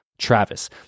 Travis